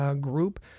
group